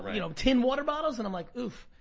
you know, tin water bottles? and i'm like oof,